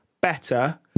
better